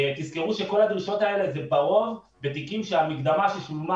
תזכרו שכל הדרישות האלה זה ברוב בתיקים שהמקדמה ששולמה